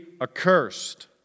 accursed